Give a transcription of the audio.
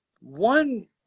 one